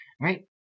right